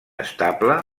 estable